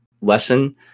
lesson